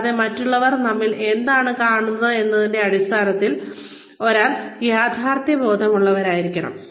കൂടാതെ മറ്റുള്ളവർ നമ്മിൽ എന്താണ് കാണുന്നത് എന്നതിന്റെ അടിസ്ഥാനത്തിൽ ഒരാൾ യാഥാർത്ഥ്യബോധമുള്ളവനായിരിക്കണം